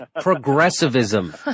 progressivism